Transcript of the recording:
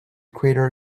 crater